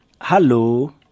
Hello